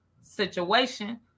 situation